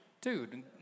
dude